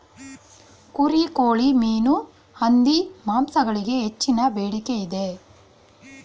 ಕುರಿ, ಕೋಳಿ, ಮೀನು, ಹಂದಿ ಮಾಂಸಗಳಿಗೆ ಹೆಚ್ಚಿನ ಬೇಡಿಕೆ ಇದೆ